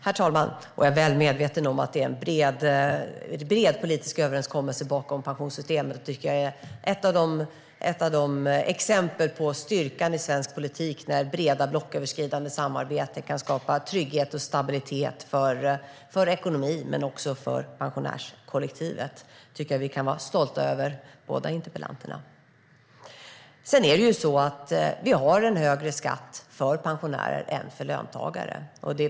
Herr talman! Jag är väl medveten om att det finns en bred politisk överenskommelse bakom pensionssystemet. Ett exempel på styrkan i svensk politik är när breda blocköverskridande samarbeten kan skapa trygghet och stabilitet för ekonomin och för pensionärskollektivet. Det kan både interpellanten och jag vara stolta över. Vi har högre skatt för pensionärer än för löntagare.